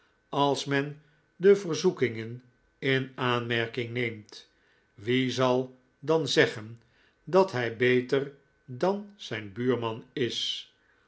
als men de verzoekingen in aanmerking neemt wie zal dan zeggen dat hij beter dan zijn buurman is